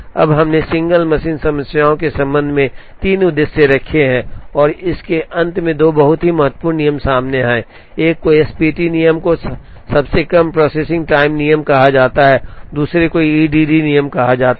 अब हमने single machine समस्याओं के संबंध में तीन उद्देश्य देखे हैं और इसके अंत में दो बहुत ही महत्वपूर्ण नियम सामने आए हैं एक को एसपीटी नियम को सबसे कम प्रोसेसिंग टाइम नियम कहा जाता है दूसरे को ईडीडी नियम कहा जाता है